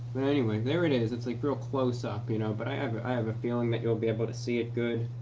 but anyway, there it and is. it's like real close up, you know, but i have i have a feeling that you'll be able to see it good,